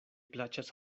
plaĉas